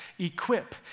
equip